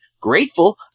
grateful